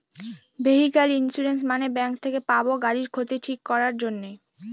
vehicle insurance মানে bank থেকে পাবো গাড়ির ক্ষতি ঠিক করাক জন্যে